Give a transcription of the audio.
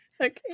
Okay